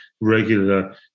regular